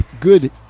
Good